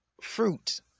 fruit